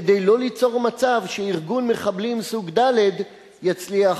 כדי לא ליצור מצב שארגון מחבלים סוג ד' יצליח,